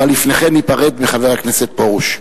אבל לפני כן ניפרד מחבר הכנסת פרוש.